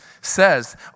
says